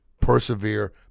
Persevere